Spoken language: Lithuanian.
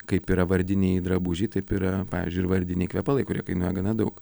kaip yra vardiniai drabužiai taip yra pavyzdžiui ir vardiniai kvepalai kurie kainuoja gana daug